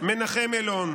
מנחם אלון: